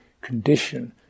condition